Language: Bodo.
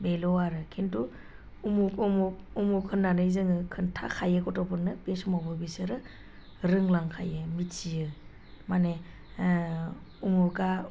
बेल' आरो खिन्थु अमुख अमुख अमुख होननानै जोङो खोन्थाखायो गथ'फोरनो बे समावबो बिसोरो रोंलांखायो मिथियो माने अमुगा